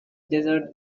dessert